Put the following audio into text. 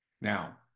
Now